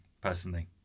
personally